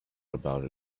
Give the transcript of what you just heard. about